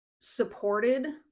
supported